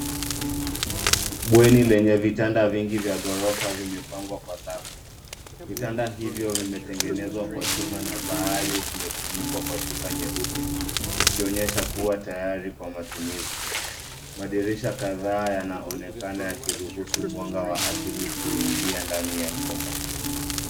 Bweni lenye vitanda vingi vya ghorofa vimepangwa kwa safu. Vitanda hivyo vimetegenezwa kwa chuma na baadhi zimefunikwa kwa shuka nyeupe, vikionyesha kuwa tayari kwa matumizi. Madirisha kadhaa yanaonekana yakiruhusu mwanga wa asili kuingia ndani ya chumba.